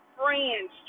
friends